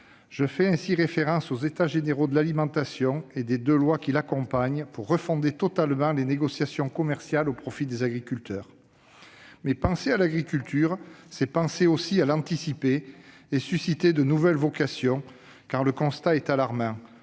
Je fais ainsi référence aux États généraux de l'alimentation et aux deux lois qui en sont issues, visant à refonder totalement les négociations commerciales au profit de nos agriculteurs. Mais penser à l'agriculture, c'est penser aussi à anticiper et à susciter de nouvelles vocations, car le constat est alarmant